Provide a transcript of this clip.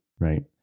Right